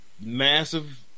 massive